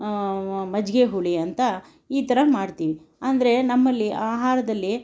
ಮಜ್ಜಿಗೆ ಹುಳಿ ಅಂತ ಈ ಥರ ಮಾಡ್ತೀವಿ ಅಂದರೆ ನಮ್ಮಲ್ಲಿ ಆಹಾರದಲ್ಲಿ